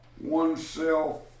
oneself